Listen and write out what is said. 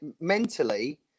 mentally